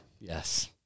Yes